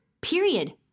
period